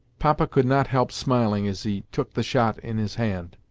papa could not help smiling as he took the shot in his hand.